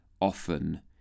often